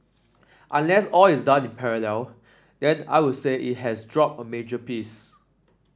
unless all is done in parallel then I will say it has dropped a major piece